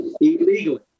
illegally